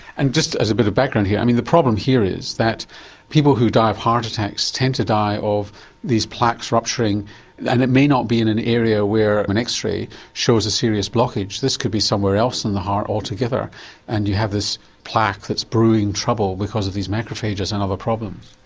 and just as a bit of background here i mean the problem here is that people who die of heart attacks tend to die of these plaques rupturing and it may not be in an area where an x-ray shows a serious blockage, this could be somewhere else in the heart altogether and you have this plaque that's brewing trouble because of these macrophages and other problems.